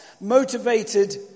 motivated